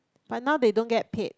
but now they don't get paid